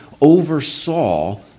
oversaw